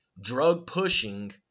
drug-pushing